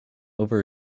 over